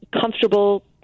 comfortable